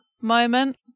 moment